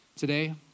Today